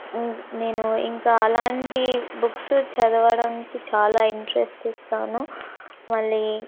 ఇం నేను ఇంకా అలాంటి బుక్స్ చదవడానికి చాలా ఇంట్రెస్ట్ ఇస్తాను మళ్ళీ